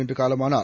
இன்றுகாலமானார்